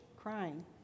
crying